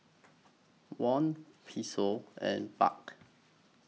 Won Peso and Baht